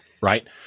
Right